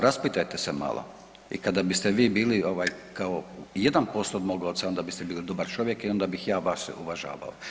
Raspitajte se malo i kada biste vi bili ovaj kao 1% od mog oca onda biste bili dobar čovjek i onda bih ja vas uvažavao.